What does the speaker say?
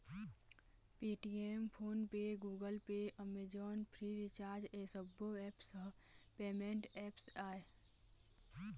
Paytm, PhonePe, Google Pay, Amazon, Freecharge ए सब्बो apps ह पेमेंट ऐप्स आय